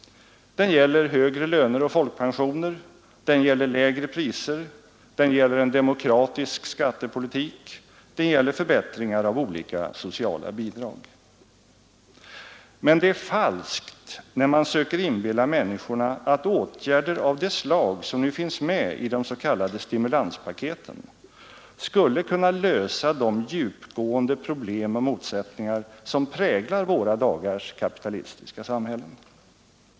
Den gäller högre löner och folkpensioner, den gäller lägre priser, den gäller en demokratisk skattepolitik, den gäller förbättringar av olika sociala bidrag. Men det är falskt när man söker inbilla människorna att åtgärder av det slag som nu finns med i de s.k. stimulanspaketen skulle kunna lösa de djupgående problem och motsättningar som präglar våra dagars kapitalistiska samhällen.